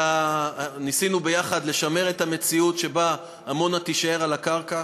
ניסינו ביחד לשמר את המציאות שבה עמונה תישאר על הקרקע.